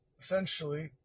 essentially